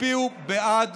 ותצביעו בעד